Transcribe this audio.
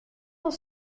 dans